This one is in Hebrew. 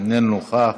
איננו נוכח.